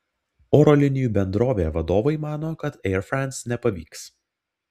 oro linijų bendrovė vadovai mano kad air france nepavyks